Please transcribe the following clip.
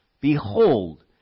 Behold